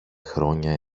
χρόνια